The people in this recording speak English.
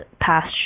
past